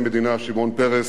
פרס,